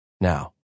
Now